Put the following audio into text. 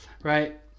Right